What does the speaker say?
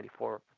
94